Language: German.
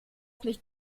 nicht